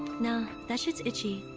nah, that shit's itchy.